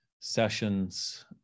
sessions